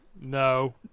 No